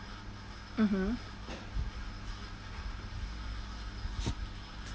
mmhmm